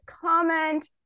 comment